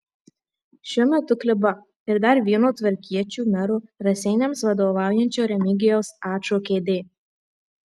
šiuo metu kliba ir dar vieno tvarkiečių mero raseiniams vadovaujančio remigijaus ačo kėdė